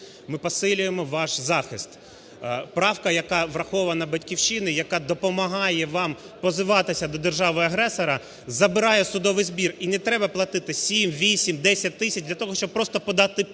Ми посилюємо ваш захист. Правка, яка врахована "Батьківщиною", яка допомагає вам позиватися до держави-агресора, забирає судовий збір і не треба платити 7, 8, 10 тисяч для того, щоб просто подати позов